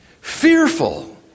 fearful